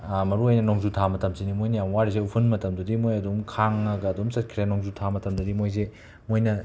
ꯃꯔꯨ ꯑꯣꯏꯅ ꯅꯣꯡꯖꯨꯊꯥ ꯃꯇꯝꯁꯤꯅꯤ ꯃꯣꯏꯅ ꯌꯥꯝ ꯋꯥꯔꯤꯁꯦ ꯎꯐꯨꯜ ꯃꯇꯝꯗꯨꯗꯤ ꯃꯣꯏ ꯑꯗꯨꯝ ꯈꯥꯡꯉꯒ ꯑꯗꯨꯝ ꯆꯠꯈ꯭ꯔꯦ ꯅꯣꯡꯖꯨꯊꯥ ꯃꯇꯝꯗꯗꯤ ꯃꯣꯏꯁꯦ ꯃꯣꯏꯅ